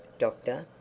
doctor?